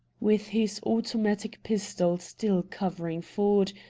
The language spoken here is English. with his automatic pistol still covering ford,